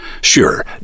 Sure